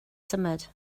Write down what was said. symud